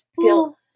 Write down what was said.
feel